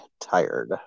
tired